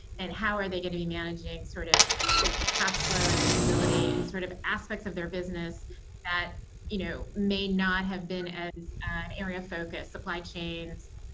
and how are they going to be managing sort of cash flow and stability and sort of in aspects of their business that you know may not have been as an area of focus supply chains,